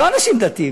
לא אנשים דתיים,